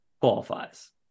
qualifies